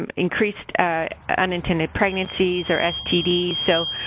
um increased unintended pregnancies, or stds. so,